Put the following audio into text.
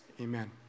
Amen